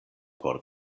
por